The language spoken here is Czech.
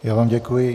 Já vám děkuji.